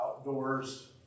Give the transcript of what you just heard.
Outdoors